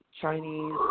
Chinese